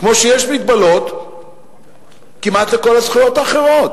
כמו שיש מגבלות כמעט לכל הזכויות האחרות.